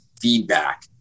feedback